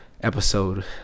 episode